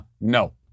no